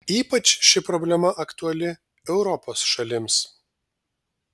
ypač ši problema aktuali europos šalims